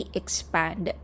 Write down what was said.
expand